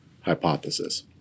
hypothesis